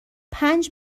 پنج